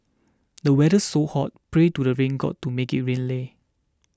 the weather's so hot pray to the rain god to make it rain leh